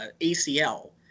acl